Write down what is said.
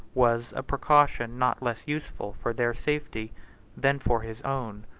was a precaution not less useful for their safety than for his own.